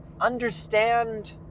understand